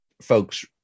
folks